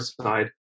side